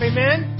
Amen